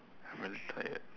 I'm really tired